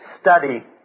study